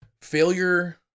failure